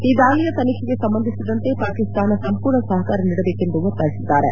ಈ ದಾಳಿ ತನಿಖೆಗೆ ಸಂಬಂಧಿಸಿದಂತೆ ಪಾಕಿಸ್ತಾನ ಸಂಪೂರ್ಣ ಸಹಕಾರ ನೀಡಬೇಕೆಂದು ಒತ್ತಾಯಿಸಿದ್ದಾರೆ